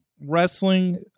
wrestling